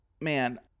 man